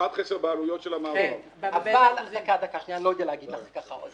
הערכת-חסר בעלויות של המעבר אבל לא רק זה